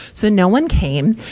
so no one came.